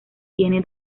tiene